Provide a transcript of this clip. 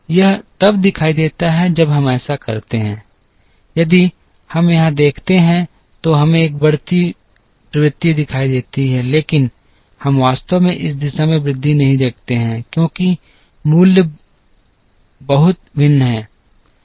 यह तब दिखाई देता है जब हम ऐसा करते हैं यदि हम यहां देखते हैं तो हमें एक बढ़ती प्रवृत्ति दिखाई देती है लेकिन हम वास्तव में इस दिशा में वृद्धि नहीं देखते हैं क्योंकि मूल्य बहुत भिन्न हैं